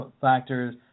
factors